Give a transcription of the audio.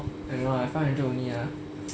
I know right five hundred only ah